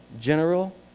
general